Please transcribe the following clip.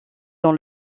dans